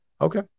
Okay